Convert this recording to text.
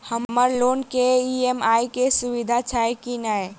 हम्मर लोन केँ ई.एम.आई केँ सुविधा छैय की नै?